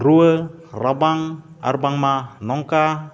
ᱨᱩᱣᱟᱹ ᱨᱟᱵᱟᱝ ᱟᱨ ᱵᱟᱝᱢᱟ ᱱᱚᱝᱠᱟ